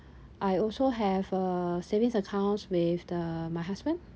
I also have a savings account with the my husband